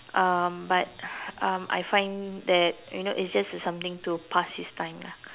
um but um I find that you know it's just something to pass his time lah